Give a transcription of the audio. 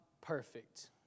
perfect